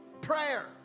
prayer